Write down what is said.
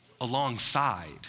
alongside